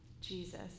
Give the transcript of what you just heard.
Jesus